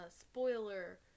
spoiler